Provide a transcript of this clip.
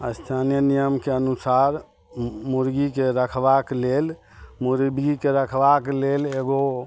स्थानीय नियमके अनुसार मुर्गीके रखबाक लेल मुर्गीके रखबाक लेल एगो